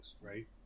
right